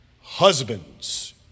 Husbands